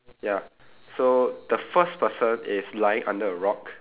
ya so the first person is lying under a rock